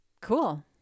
Cool